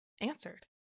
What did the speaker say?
answered